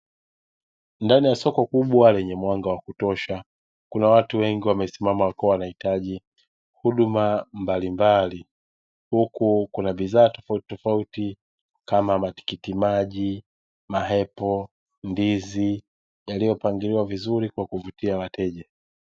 Ndani ya soko kubwa lenye mwanga wa kutosha kuna watu wengi wamesimama wakiwa wanahitaji huduma mbalimbali, huku kuna bidhaa tofautitofauti kama matikiti maji, maepo, ndizi yaliyopangiliwa vizuri kwa kuvutia wateja.